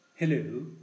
Hello